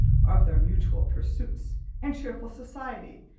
of their mutual pursuits and cheerful society,